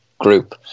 group